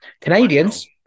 Canadians